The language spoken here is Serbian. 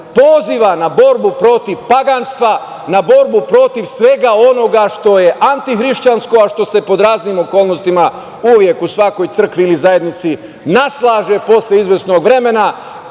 poziva na borbu protiv paganstva, na borbu protiv svega onoga što je antihrišćansko, a što se pod raznim okolnostima uvek u svakoj crkvi ili zajednici naslaže posle izvesnog vremena